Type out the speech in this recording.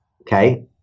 okay